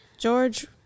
George